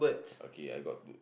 okay I got to